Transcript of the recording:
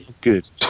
good